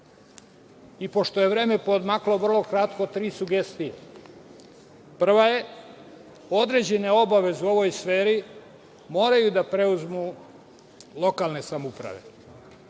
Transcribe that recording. je vreme poodmaklo, vrlo kratko, tri sugestije. Prva je – određene obaveze u ovoj sferi moraju da preuzmu lokalne samouprave.